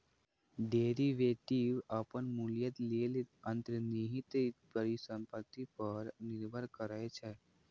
derivative अपन मूल्य लेल अंतर्निहित परिसंपत्ति पर निर्भर करै छै